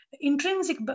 Intrinsic